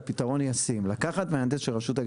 אני לא רוצה לפגוע ברשות או במהנדס הרשות,